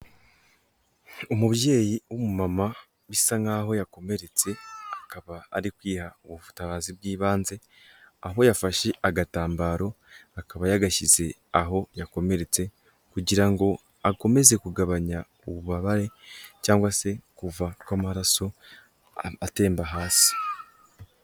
Umubyeyi w'umumama, bisa nkaho yakomeretse, akaba ari kwiha ubutabazi bw'ibanze, aho yafashe agatambaro akaba yashyize aho yakomeretse, kugira ngo akomeze kugabanya ububabare cyangwa se kuva kw'amaraso atemba hasi.